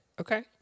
Okay